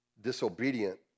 disobedient